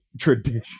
tradition